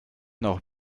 noch